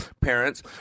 parents